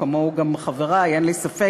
כמוני גם חברי, אין לי ספק.